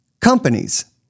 companies